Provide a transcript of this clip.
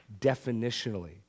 definitionally